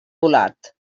volat